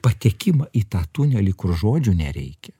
patekimą į tą tunelį kur žodžių nereikia